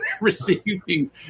receiving